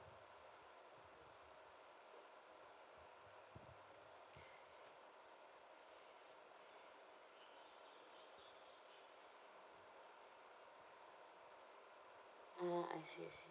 ah I see I see